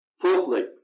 Fourthly